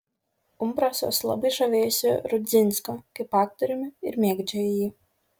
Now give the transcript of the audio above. umbrasas labai žavėjosi rudzinsku kaip aktoriumi ir mėgdžiojo jį